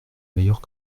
meilleure